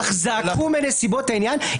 אך זעקו מנסיבות העניין".